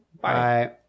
Bye